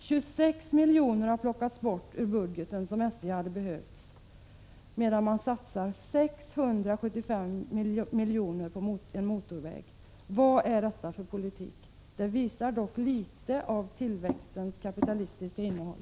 26 miljoner har plockats bort ur budgeten som SJ hade behövt, medan man satsar 675 miljoner på en motorväg. Vad är detta för politik? Den visar dock litet av tillväxtens kapitalistiska innehåll.